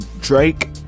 drake